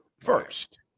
first